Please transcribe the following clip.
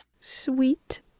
Sweet